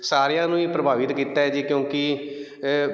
ਸਾਰਿਆਂ ਨੂੰ ਹੀ ਪ੍ਰਭਾਵਿਤ ਕੀਤਾ ਜੀ ਕਿਉਂਕਿ